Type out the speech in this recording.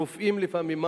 רופאים לפעמים,